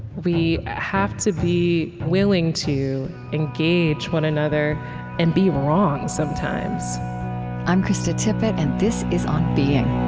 we have to be willing to engage one another and be wrong sometimes i'm krista tippett, and this is on being